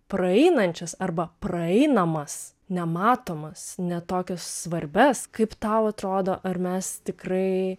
praeinančias arba praeinamas nematomas ne tokias svarbias kaip tau atrodo ar mes tikrai